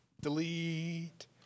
Delete